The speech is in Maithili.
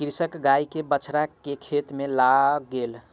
कृषक गाय के बछड़ा के खेत में लअ गेल